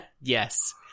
Yes